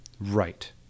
Right